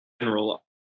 general